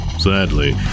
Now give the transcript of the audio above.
Sadly